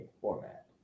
format